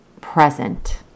present